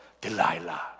Delilah